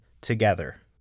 together